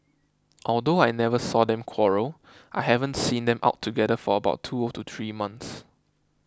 although I never saw them quarrel I haven't seen them out together for about two to three months